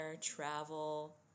travel